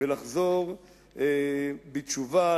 לחזור בתשובה,